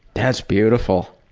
that's beautiful!